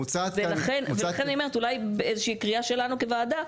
ולכן אני אומרת שאולי כדאי לצאת בקריאה שלנו כוועדה,